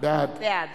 בעד